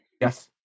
yes